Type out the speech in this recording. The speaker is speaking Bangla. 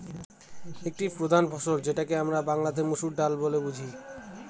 একটি প্রধান ফসল যেটাকে আমরা বাংলাতে মসুর ডাল বলে বুঝি